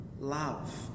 Love